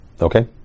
Okay